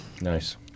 Nice